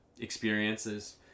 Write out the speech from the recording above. experiences